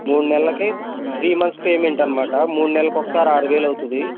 mood నెల్లకి three months payment అనమాట మూడు నెల్లకొకసారి ఆరు వేలవుతుంది